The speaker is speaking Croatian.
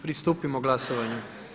Pristupimo glasovanju.